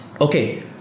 okay